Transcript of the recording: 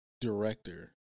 director